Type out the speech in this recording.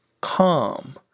calm